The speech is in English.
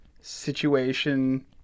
situation